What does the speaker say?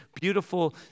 beautiful